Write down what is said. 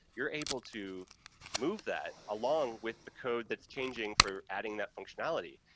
you're able to move that along with the code that's changing for adding that functionality,